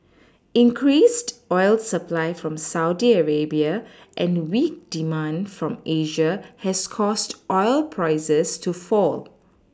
increased oil supply from Saudi Arabia and weak demand from Asia has caused oil prices to fall